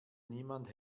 niemand